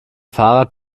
fahrrad